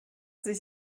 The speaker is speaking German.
sich